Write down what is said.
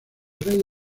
rey